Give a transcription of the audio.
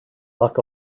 luck